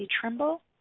Trimble